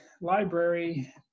library